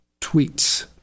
tweets